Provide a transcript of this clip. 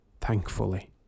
thankfully